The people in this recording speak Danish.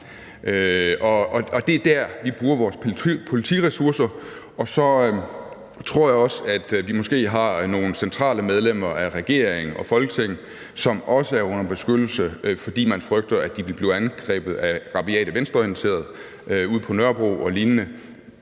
Det er dér, vi bruger vores politiressourcer. Og så tror jeg, at vi måske har nogle centrale medlemmer af regering og Folketing, som også er under beskyttelse, fordi man frygter, at de vil blive angrebet af rabiate venstreorienterede ude på Nørrebro og lignende.